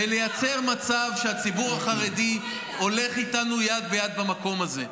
ולייצר מצב שבו הציבור החרדי הולך איתנו יד ביד במקום הזה.